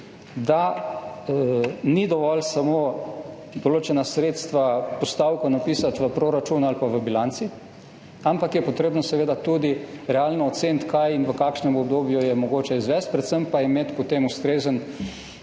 da ni dovolj samo določenih sredstev, postavk napisati v proračun ali pa v bilanco, ampak je potrebno seveda tudi realno oceniti, kaj in v kakšnem obdobju je mogoče izvesti, predvsem pa imeti potem ustrezen,